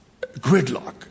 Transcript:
gridlock